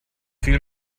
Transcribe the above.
viel